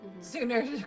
Sooner